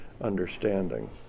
understanding